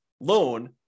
loan